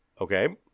okay